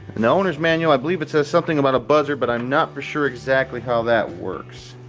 and the owner's manual, i believe it says something about a buzzer, but i'm not for sure exactly how that works.